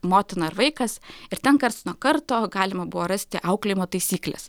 motina ar vaikas ir ten karts nuo karto galima buvo rasti auklėjimo taisykles